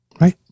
Right